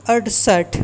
અડસઠ